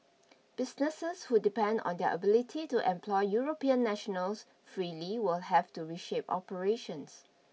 businesses who depend on their ability to employ European nationals freely will have to reshape operations